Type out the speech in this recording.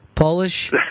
Polish